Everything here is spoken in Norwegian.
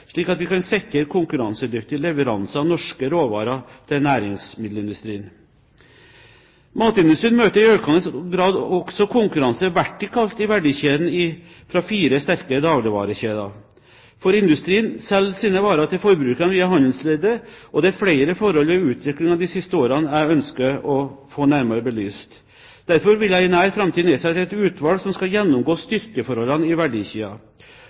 slik at vi kan sikre konkurransedyktige leveranser av norske råvarer til næringsmiddelindustrien. Matindustrien møter i økende grad også konkurransen vertikalt i verdikjeden fra fire sterke dagligvarekjeder, for industrien selger sine varer til forbrukerne via handelsleddet, og det er flere forhold ved utviklingen de siste årene jeg ønsker å få nærmere belyst. Derfor vil jeg i nær framtid nedsette et utvalg som skal gjennomgå styrkeforholdene i